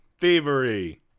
thievery